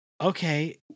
Okay